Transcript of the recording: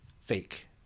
fake